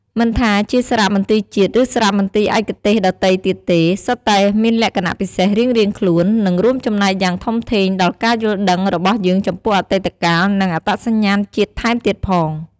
មិនថាជាសារមន្ទីរជាតិ ឬសារមន្ទីរឯកទេសដទៃទៀតទេ សុទ្ធតែមានលក្ខណៈពិសេសរៀងៗខ្លួន និងរួមចំណែកយ៉ាងធំធេងដល់ការយល់ដឹងរបស់យើងចំពោះអតីតកាល និងអត្តសញ្ញាណជាតិថែមទៀតផង។